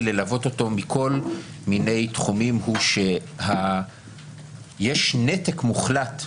ללוות אותו מכל מיני תחומים הוא שיש נתק מוחלט.